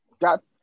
got